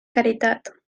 caritat